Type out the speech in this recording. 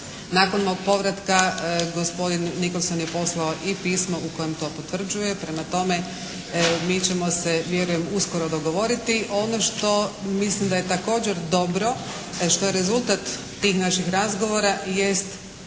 Nakon mog povratka gospodin Nickolson je poslao i pismo u kojem to potvrđuje. Prema tome, mi ćemo se vjerujem uskoro dogovoriti. Ono što mislim da je također dobro, što je rezultat tih naših razgovora jest